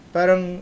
Parang